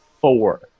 four